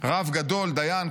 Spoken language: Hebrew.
רב גדול, דיין.